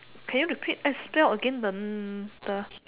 can you repeat eh spell again the the